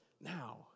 now